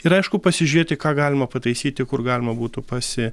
ir aišku pasižiūrėti ką galima pataisyti kur galima būtų pasi